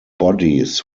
bodies